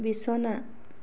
বিছনা